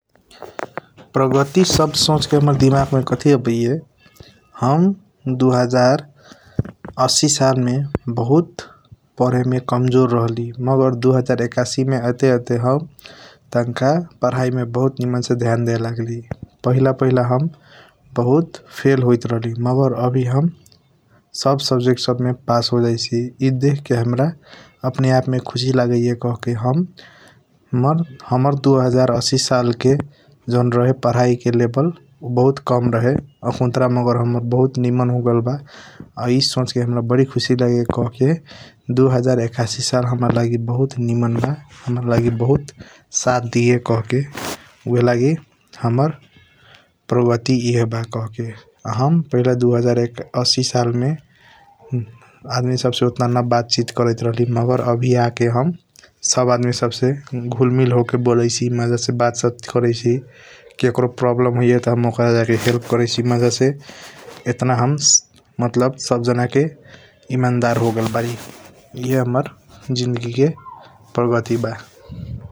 परगती सबद सोच के हाम्रा दिमाग मे काथी आबाइया हम दु हजर अशी साल मे बहुत पढ़ेमे कमजोर राहली मगर दु हजार यकाशी आते आते हम टांका पढ़ाई मे निमन से ध्यान डेलगली । पहिला पहिला हम बहुत फैल होइट रहली मगर आवी हम सब सब्जेक्ट सब मे पास होजाइशी ई देखे के हमर अपने आप मे खुसी लागैया कहके हाम्रा दु हजर असि साल के जॉन रहे । पढ़ाई के लेवल बहुत काम रहैया आखुनतार मगर बहुत निमन होगेल बा । ई सोच हाम्रा बहुत खुसी लागैया कहके दु हजर यकासी साल हाम्रा लागि बहुत निमन बा कहके हाम्रा लागि बहुत साथ दीए कहके ऊहएलगी । हाम्रा परगती ई हे बा कहके हम पहिला दु हजर असि साल मे आदमी सब से ओटन न बात चित न करीत रहली । मगर आवी आ के हम सब आदमी सब से घुल मिल होके बोलाइशी मज़ा बात सात कारिशी ककरों प्रॉब्लेम होई त हम ओकर जाके हेल्प करैसी मजसे । एतन हम मलतब सब जाना के ईमानदार होगेल बारी ई हाम्रा ज़िंदगी के परगती बा ।